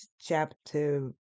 chapter